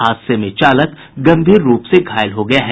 हादसे में चालक गंभीर रूप से घायल हो गया है